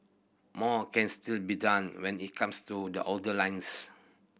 more can still be done when it comes to the older lines